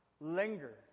linger